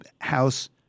House